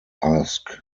ask